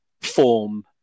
form